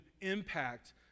impact